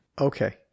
Okay